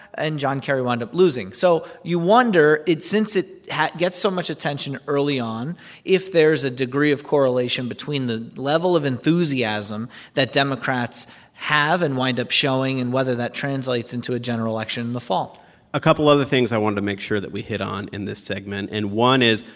and john kerry wound up losing. so you wonder since it gets so much attention early on if there is a degree of correlation between the level of enthusiasm that democrats have and wind up showing and whether that translates into a general election in the fall a couple other things i wanted to make sure that we hit on in this segment, and one is,